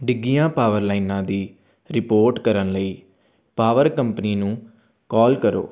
ਡਿੱਗੀਆਂ power ਲਾਈਨਾਂ ਦੀ report ਕਰਨ ਲਈ ਪਾਵਰ ਕੰਪਨੀ ਨੂੰ ਕਾਲ ਕਰੋ